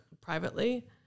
privately